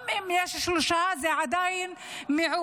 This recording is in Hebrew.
גם אם יש שלושה, זה עדיין מיעוט.